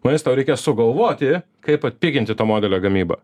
vadinas tau reikės sugalvoti kaip atpiginti to modelio gamybą